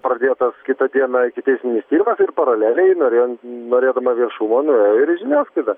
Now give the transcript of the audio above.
pradėtas kitą dieną ikiteisminis tyrimas ir paraleliai norėj norėdama viešumo nuėjo ir į žiniasklaidą